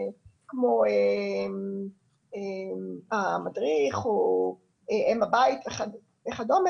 כמו המדריך או אם הבית וכדומה,